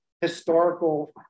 historical